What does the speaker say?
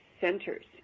centers